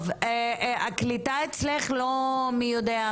שמי מוריה